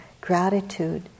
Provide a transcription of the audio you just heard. gratitude